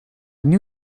knew